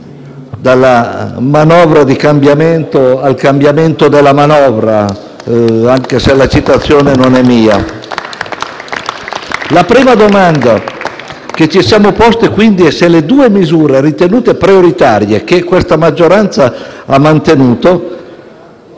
dalla manovra di cambiamento al cambiamento della manovra, anche se la frase non è mia. *(Applausi dal Gruppo FI-BP)*. La prima domanda che ci siamo posti, quindi, è se le due misure ritenute prioritarie che questa maggioranza ha mantenuto